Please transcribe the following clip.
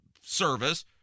service